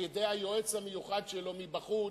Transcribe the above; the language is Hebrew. על-ידי היועץ המיוחד שלו מבחוץ,